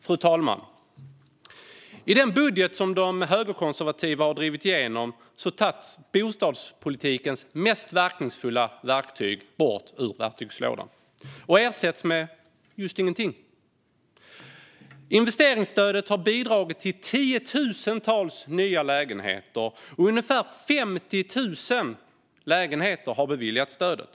Fru talman! I den budget som de högerkonservativa har drivit igenom tas bostadspolitikens mest verkningsfulla verktyg bort ur verktygslådan och ersätts av just ingenting. Investeringsstödet har bidragit till tiotusentals nya lägenheter. Ungefär 50 000 lägenheter har beviljats stödet.